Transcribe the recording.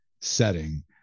setting